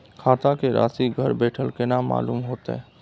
खाता के राशि घर बेठल केना मालूम होते?